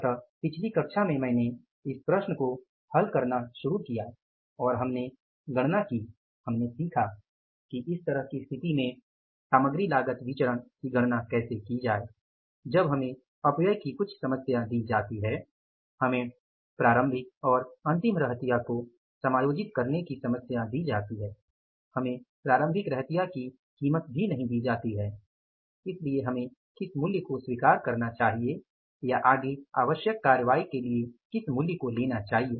इसलिए पिछली कक्षा में मैंने इस प्रश्न को हल करना शुरू किया और हमने गणना की हमने सीखा कि इस तरह की स्थिति में सामग्री लागत विचरण की गणना कैसे की जाए जब हमें अपव्यय की कुछ समस्या दी जाती है हमें प्रारंभिक और अंतिम रहतिया को समायोजित करने की समस्या दी जाती है हमे प्रारंभिक रहतिया की कीमत नहीं दी जाती है इसलिए हमें किस मूल्य को स्वीकार करना चाहिए या आगे आवश्यक कार्रवाई करने के लिए किस मूल्य को लेना चाहिए